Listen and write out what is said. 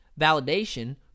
validation